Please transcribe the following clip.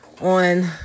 on